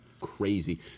Crazy